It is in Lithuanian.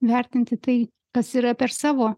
vertinti tai kas yra per savo